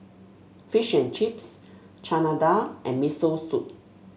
Fish and Chips Chana Dal and Miso Soup